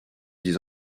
des